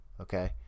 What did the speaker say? Okay